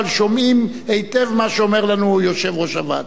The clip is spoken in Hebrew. אבל שומעים היטב מה שאומר לנו יושב-ראש הוועדה.